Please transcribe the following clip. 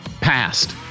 passed